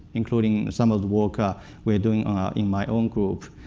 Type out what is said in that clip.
including some of the work ah we're doing in my own group.